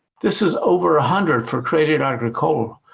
this is over a hundred for credit agricole,